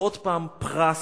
מה זה פלסטינים,